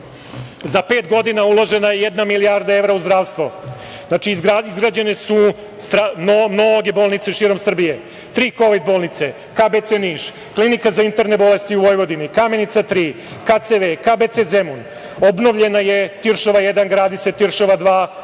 pet godina uložena je jedna milijarda evra u zdravstvo. Izgrađene su mnoge bolnice širom Srbije. Tri kovid bolnice, KBC Niš, Klinika za interne bolesti u Vojvodini, Kamenica 3, KCV, KBC Zemun, obnovljena je Tiršova 1, gradi se Tiršova 2,